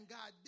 God